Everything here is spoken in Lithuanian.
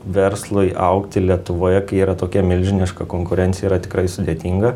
verslui augti lietuvoje kai yra tokia milžiniška konkurencija yra tikrai sudėtinga